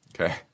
okay